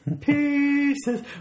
pieces